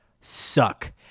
suck